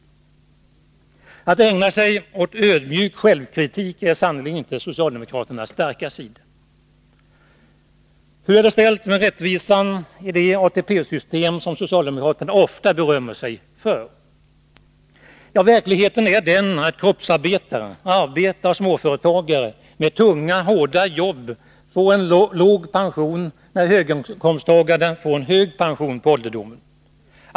Men att ägna sig åt ödmjuk självkritik är sannerligen inte socialdemokraternas starka sida. Hur är det då ställt med rättvisan i det ATP-system som socialdemokraterna ofta berömmer sig av? Verkligheten är den att kroppsarbetare och småföretagare — ofta med tunga och hårda jobb — får en låg pension medan höginkomsttagarna får en hög pension.